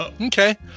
Okay